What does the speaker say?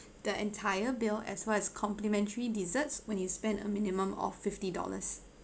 the entire bill as well as complimentary dessert when you spend a minimum of fifty dollars